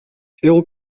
ill